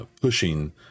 pushing